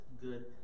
good